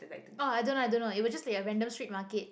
oh I don't I don't know it was just the random street market